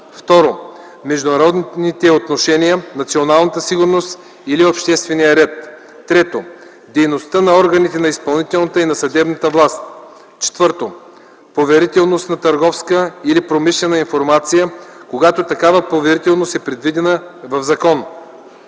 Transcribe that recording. закон; 2. международните отношения, националната сигурност или обществения ред; 3. дейността на органите на изпълнителната и на съдебната власт; 4. поверителност на търговска или промишлена информация, когато такава поверителност е предвидена в закон;